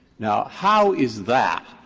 now, how is that